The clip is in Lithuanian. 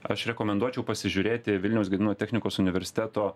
aš rekomenduočiau pasižiūrėti vilniaus gedimino technikos universiteto